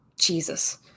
Jesus